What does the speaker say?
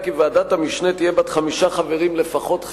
כי ועדת המשנה תהיה בת חמישה חברים לפחות,